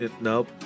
Nope